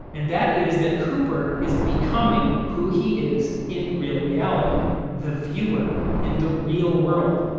and that is that cooper is becoming who he is in real reality the viewer in the real world.